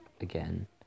again